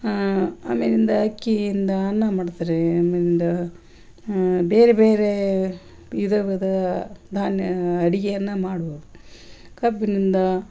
ಆಮೇಲಿಂದ ಅಕ್ಕಿಯಿಂದ ಅನ್ನ ಮಾಡ್ತಾರೆ ಆಮೇಲಿಂದ ಬೇರೆ ಬೇರೆ ವಿವಿಧ ಧಾನ್ಯ ಅಡುಗೆಯನ್ನು ಮಾಡ್ಬೋದು ಕಬ್ಬಿನಿಂದ